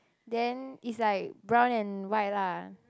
then is like brown and white lah